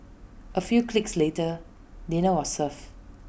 A few clicks later dinner was served